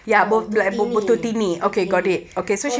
no to tini to tini so